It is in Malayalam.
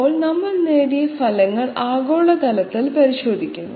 ഇപ്പോൾ നമ്മൾ നേടിയ ഫലങ്ങൾ ആഗോളതലത്തിൽ പരിശോധിക്കുന്നു